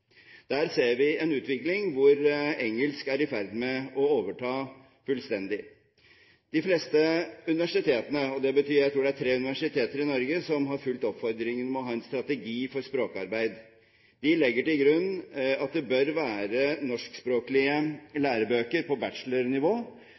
Der ser vi en utvikling hvor engelsk er i ferd med å overta fullstendig. De fleste universitetene – jeg tror det er tre universiteter i Norge – har fulgt oppfordringen om å ha en strategi for språkarbeid. De legger til grunn at det bør være norskspråklige